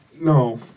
No